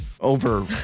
over